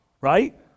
right